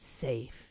safe